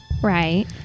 Right